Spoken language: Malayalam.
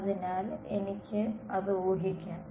അതിനാൽ എനിക്ക് അത് ഊഹിക്കാം